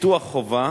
ביטוח חובה,